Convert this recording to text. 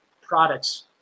products